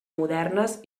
modernes